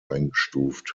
eingestuft